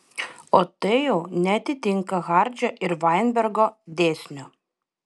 o tai jau neatitinka hardžio ir vainbergo dėsnio